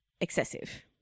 excessive